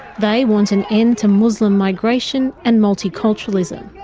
they want an end to muslim migration and multiculturalism.